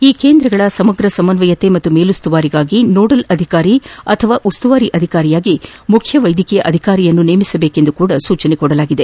ಈ ಕೇಂದ್ರದ ಸಮಗ್ರ ಸಮಸ್ವಯತೆ ಮತ್ತು ಮೇಲುಸ್ತುವಾರಿಗಾಗಿ ನೋಡಲ್ ಅಧಿಕಾರಿ ಅಥವಾ ಉಸ್ತುವಾರಿ ಅಧಿಕಾರಿಯಾಗಿ ಮುಖ್ಯ ವೈದ್ಯಕೀಯ ಅಧಿಕಾರಿಯನ್ನು ನೇಮಕ ಮಾಡಬೇಕು ಎಂದೂ ಸಹ ಸೂಚಿಸಲಾಗಿದೆ